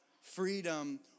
freedom